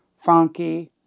funky